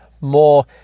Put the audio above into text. more